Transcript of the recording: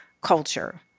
culture